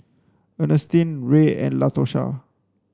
Ernestine Ray and Latosha